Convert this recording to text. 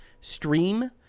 stream